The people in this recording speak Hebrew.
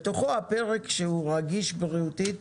בתוכו הפרק שהוא רגיש בריאותית,